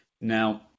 Now